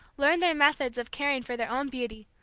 learned their methods of caring for their own beauty,